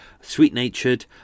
Sweet-natured